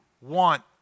want